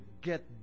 get